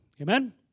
Amen